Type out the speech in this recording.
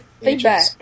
feedback